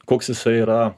koks jisai yra